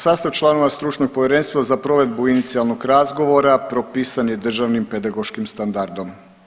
Sastav članova Stručnog povjerenstva za provedbu inicijalnog razgovora propisan je državnim pedagoškim standardom.